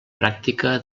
pràctica